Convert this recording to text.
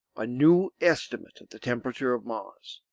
a new estimate of the temperature of mars,